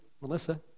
Melissa